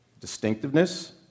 Distinctiveness